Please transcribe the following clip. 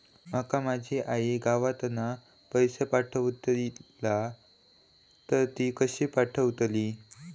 माका माझी आई गावातना पैसे पाठवतीला तर ती कशी पाठवतली?